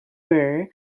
burr